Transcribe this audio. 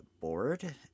bored